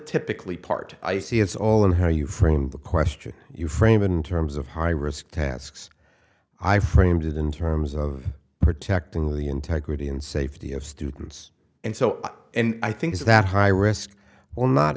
typically part i see it's all in how you frame the question you frame it in terms of high risk tasks i framed it in terms of protecting the integrity and safety of students and so and i think that high risk well not